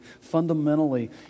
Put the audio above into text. fundamentally